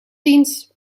ziens